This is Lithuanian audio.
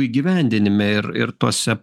įgyvendinime ir ir tose